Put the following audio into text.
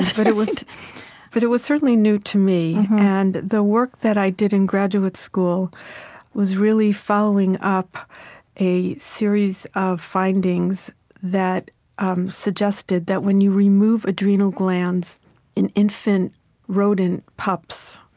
but it was but it was certainly new to me. and the work that i did in graduate school was really following up a series of findings that um suggested that when you remove adrenal glands in infant rodent pups,